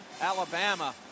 Alabama